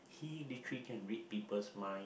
he literally can read people's mind